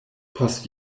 post